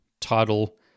title